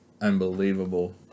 unbelievable